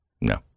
no